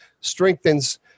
strengthens